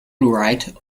write